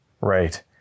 Right